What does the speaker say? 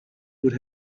would